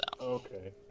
Okay